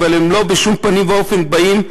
אבל הן בשום פנים ואופן לא באות,